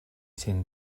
sin